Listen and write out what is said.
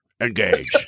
Engage